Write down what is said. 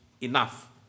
enough